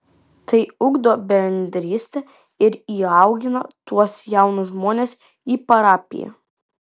tai ugdo bendrystę ir įaugina tuos jaunus žmones į parapiją